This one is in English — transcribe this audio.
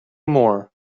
more